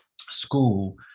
school